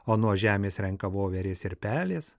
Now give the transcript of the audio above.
o nuo žemės renka voverės ir pelės